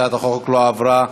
הצעת החוק לא עברה,